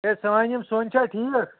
ہے سٲنۍ یِم سوٚنۍ چھا ٹھیک